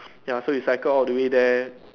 ya so we cycle all the way there